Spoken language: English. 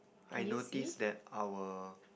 I notice that our